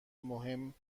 مهم